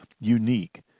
unique